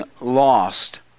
lost